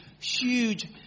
huge